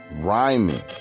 rhyming